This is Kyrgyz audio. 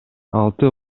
алты